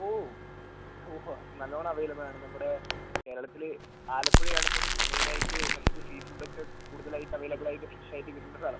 ഓ ഓ ആ നല്ലവണ്ണം അവൈലബിൾ ആണ് നമ്മുടെ കേരളത്തിൽ ആലപ്പുഴ ആണ് ഇപ്പം മെയിനായിട്ട് നമുക്ക് സീ ഫുഡ് ഒക്കെ കൂടുതലായിട്ട് അവൈലബിൾ ആയിട്ട് ഫ്രഷ് ആയിട്ട് കിട്ടുന്ന സ്ഥലം